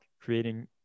creating